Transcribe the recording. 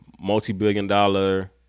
multi-billion-dollar